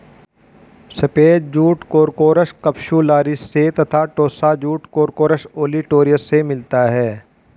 सफ़ेद jute Corchorus capsularis से तथा टोस्सा जूट कोर्कोरस ओलिटोरियस से मिलता है